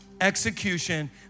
execution